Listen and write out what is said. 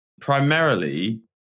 primarily